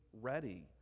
ready